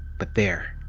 but there.